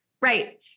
Right